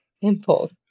impulse